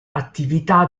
attività